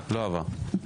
לא עבר.